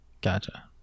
gotcha